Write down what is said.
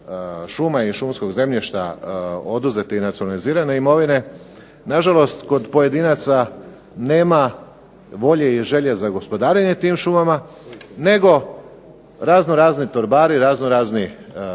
i šumskog zemljišta oduzete i nacionalizirane imovine, na žalost kod pojedinaca nema volje i želje za gospodarenje tim šumama, nego razno razni torbari, razno razni